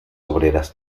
obreras